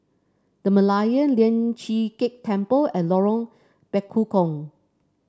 The Merlion Lian Chee Kek Temple and Lorong Bekukong